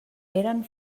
eren